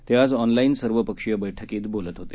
ते आज ऑनलाईन सर्वपक्षीय बैठकीत बोलत होते